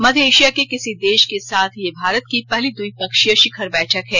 मध्य Asia के किसी देश के साथ यह भारत की पहली द्विपक्षीय शिखर बैठक है